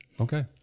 Okay